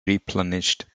replenished